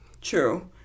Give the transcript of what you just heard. True